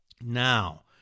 Now